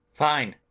fine!